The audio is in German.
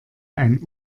ein